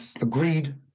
agreed